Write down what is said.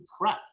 prep